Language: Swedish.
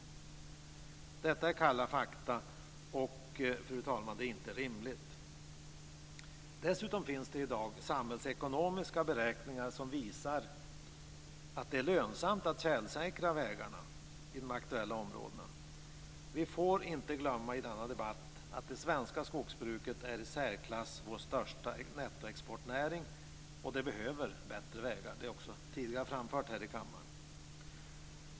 Detta är kalla fakta. Fru talman! Det är inte rimligt. Dessutom finns det i dag samhällsekonomiska beräkningar som visar att det är lönsamt att tjälsäkra vägarna i de aktuella områdena. Vi får inte glömma i denna debatt att det svenska skogsbruket är vår i särklass största nettoexportnäring. Det behöver bättre vägar, och det har jag också tidigare framfört här i kammaren.